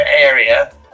area